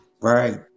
Right